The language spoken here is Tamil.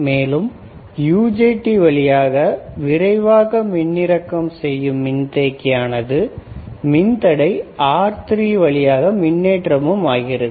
மேலும் இது UJT வழியாக விரைவாக மின்னிறக்கம் செய்யும் மின்தேக்கியானது மின்தடை R3 வழியாக மின்னேற்றமும் ஆகிறது